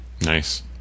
Nice